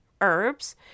herbs